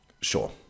Sure